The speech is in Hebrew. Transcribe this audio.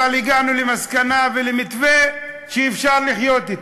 אבל הגענו למסקנה ולמתווה שאפשר לחיות אתו,